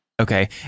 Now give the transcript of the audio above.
okay